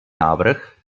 návrh